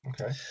okay